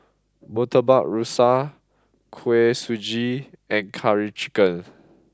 Murtabak Rusa Kuih Suji and Curry Chicken